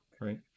right